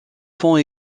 font